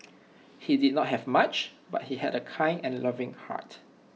he did not have much but he had A kind and loving heart